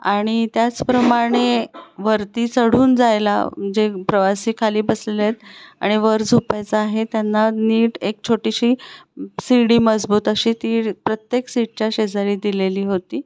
आणि त्याचप्रमाणे वरती चढून जायला जे प्रवासी खाली बसलेले आहेत आणि वर झोपायचं आहे त्यांना नीट एक छोटीशी शिडी मजबूत अशी ती प्रत्येक सीटच्या शेजारी दिलेली होती